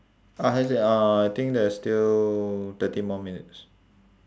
uh has it uh I think there's still thirty more minutes